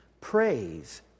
praise